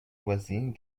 voisine